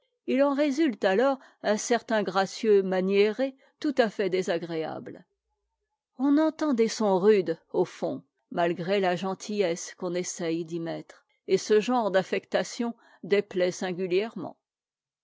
il en résulte alors un certain gracieux maniéré tout à fait désagréable on entend des sons rudes au fond malgré la gentillesse qu'on essaye d'y mettre et ce genre d'affectation déplaît singulièrement